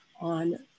on